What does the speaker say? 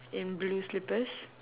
in blue slippers